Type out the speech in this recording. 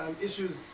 issues